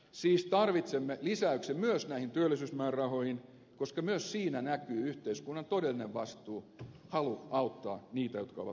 siis tarvitsemme lisäyksen myös näihin työllisyysmäärärahoihin koska myös siinä näkyy yhteiskunnan todellinen vastuu halu auttaa niitä jotka ovat vaikeuksissa